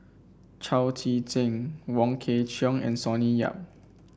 Chao Tzee Cheng Wong Kwei Cheong and Sonny Yap